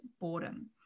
boredom